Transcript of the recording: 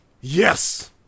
Yes